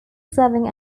serving